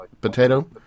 potato